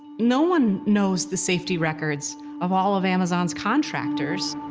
no one knows the safety records of all of amazon's contractors.